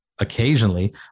occasionally